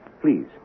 Please